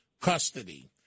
custody